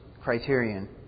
criterion